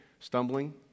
Stumbling